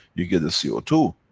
you get a c o two.